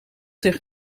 zich